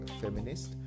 feminist